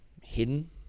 hidden